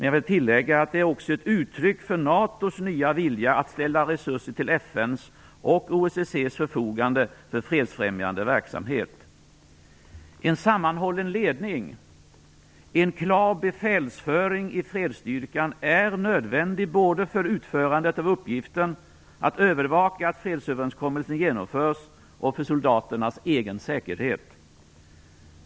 Jag vill tillägga att det också är ett uttryck för NATO:s nya vilja att ställa resurser till FN:s och OSSE:s förfogande för fredsfrämjande verksamhet. En sammanhållen ledning och en klar befälsföring i fredsstyrkan är nödvändiga både för utförandet av uppgiften - att övervaka att fredsöverenskommelsen genomförs - och för soldaternas egen säkerhet.